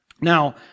Now